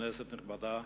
כנסת נכבדה,